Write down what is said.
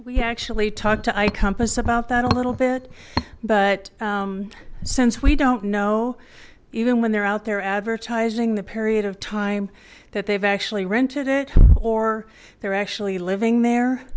we actually talked to i compass about that a little bit but since we don't know even when they're out there advertising the period of time that they've actually rented it or they're actually living there